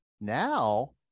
now